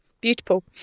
beautiful